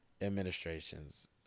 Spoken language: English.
administrations